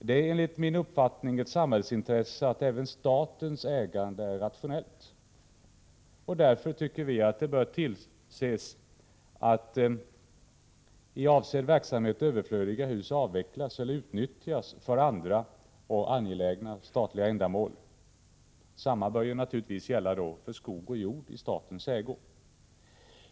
Det är enligt min uppfattning ett samhällsintresse att även statens ägande är rationellt. Därför bör det tillses att i avsedd verksamhet överflödiga hus avvecklas eller utnyttjas för andra, mer angelägna statliga ändamål. Detsamma bör naturligtvis gälla för skog och jord i statens ägo.